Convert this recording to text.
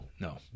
No